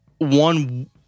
one